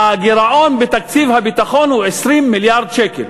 הגירעון בתקציב הביטחון הוא 20 מיליארד שקלים,